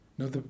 No